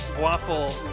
waffle